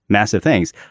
massive things.